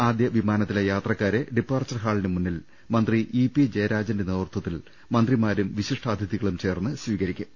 ആദ്യ വിമാനത്തിലെ യാത്രക്കാരെ ഡിപ്പാർച്ചർ ഹാളിനു മുന്നിൽ മന്ത്രി ഇ പി ജയരാജന്റെ നേതൃ ത്വത്തിൽ മന്ത്രിമാരും വിശിഷ്ടാതിഥികളും ചേർന്ന് സ്വീക രിക്കും